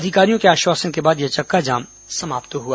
अधिकारियों के आश्वासन के बाद यह चक्काजाम समाप्त हुआ